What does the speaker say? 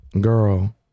girl